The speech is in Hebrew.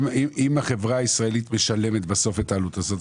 אם החברה הישראלית בסוף משלמת את העלות הזאת,